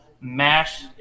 mash